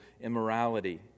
immorality